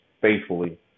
faithfully